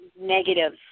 negative